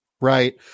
right